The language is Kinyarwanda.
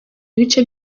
ibice